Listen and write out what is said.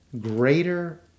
greater